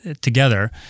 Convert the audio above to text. together